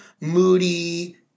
moody